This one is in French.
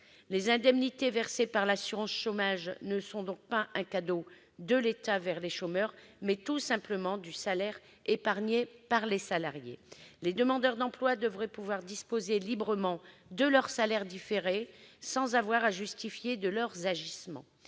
Les indemnités versées par l'assurance chômage sont donc non pas un cadeau de l'État accordé aux chômeurs, mais tout simplement du salaire épargné par les salariés. Les demandeurs d'emploi devraient pouvoir disposer librement de leur salaire différé, sans avoir à justifier de leurs agissements.